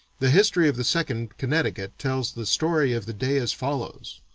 the history of the second connecticut tells the story of the day as follows